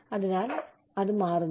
അതിനാൽ അത് മാറുന്നു